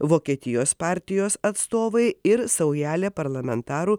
vokietijos partijos atstovai ir saujelė parlamentarų